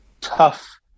tough